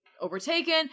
overtaken